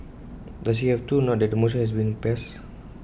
does he have to now that the motion has been passed